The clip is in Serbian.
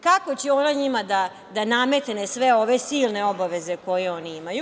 Kako će ona njima da nametne sve ove silne obaveze koje oni imaju?